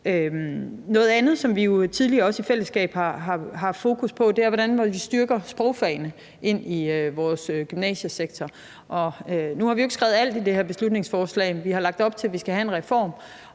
Noget andet, som vi også tidligere i fællesskab har haft fokus på, er, hvordan vi styrker sprogfagene i vores gymnasiesektor. Nu har vi jo ikke skrevet alt i det her beslutningsforslag. Vi har lagt op til, at vi skal have en reform,